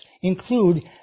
include